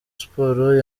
sports